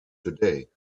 today